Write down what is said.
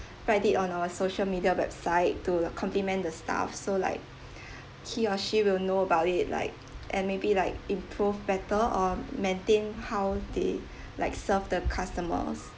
write it on our social media website to compliment the staff so like he or she will know about it like and maybe like improve better or maintain how they like serve the customers